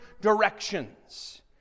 directions